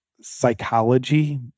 psychology